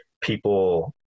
people